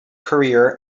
career